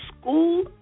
School